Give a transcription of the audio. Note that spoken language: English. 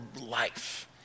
life